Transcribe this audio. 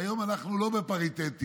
היום אנחנו לא בפריטטי,